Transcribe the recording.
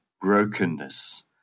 brokenness